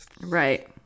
Right